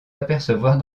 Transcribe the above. apercevoir